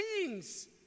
kings